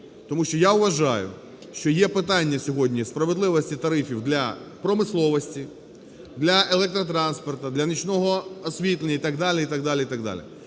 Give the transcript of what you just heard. Тому що я вважаю, що є питання сьогодні справедливості тарифів для промисловості, для електротранспорту, для нічного освітлення і так далі,